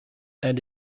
and